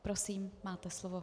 Prosím, máte slovo.